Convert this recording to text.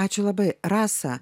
ačiū labai rasa